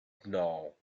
know